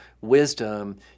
wisdom